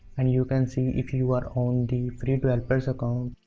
and you can see if you are on the free developer account,